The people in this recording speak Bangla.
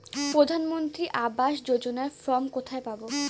প্রধান মন্ত্রী আবাস যোজনার ফর্ম কোথায় পাব?